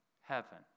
Heaven